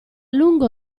lungo